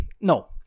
no